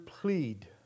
plead